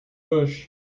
bush